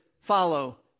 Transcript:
follow